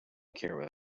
care